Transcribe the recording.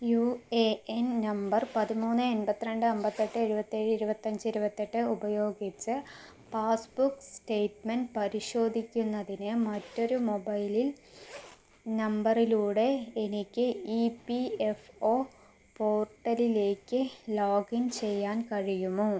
U A N നമ്പർ പതിമൂന്ന് എൺപത്തി രണ്ട് അമ്പത്തെട്ട് എഴുപത്തി ഏഴ് ഇരുപത്തഞ്ച് ഇരുപത്തെട്ട് ഉപയോഗിച്ച് പാസ്ബുക്ക് സ്റ്റേറ്റ്മെൻറ്റ് പരിശോധിക്കുന്നതിന് മറ്റൊരു മൊബൈലിൽ നമ്പറിലൂടെ എനിക്ക് ഇ പി എഫ് ഒ പോർട്ടലിലേക്ക് ലോഗിൻ ചെയ്യാൻ കഴിയുമോ